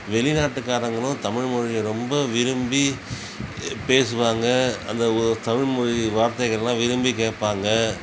வெளிநாட்டுகாரங்களும் தமிழ் மொழிய ரொம்ப விரும்பி பேசுவாங்க அந்த தமிழ் மொழி வார்த்தைகள்லாம் விரும்பி கேட்பாங்க